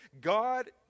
God